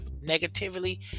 negatively